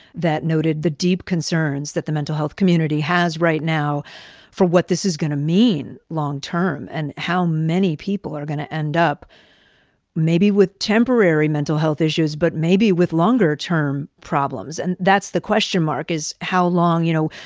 that noted the deep concerns that the mental health community has right now for what this is gonna mean long term and how many people are gonna end up maybe with temporary mental health issues but maybe with longer-term problems. and that's the question mark, is how long. you know,